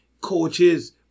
coaches